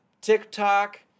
TikTok